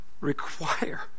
require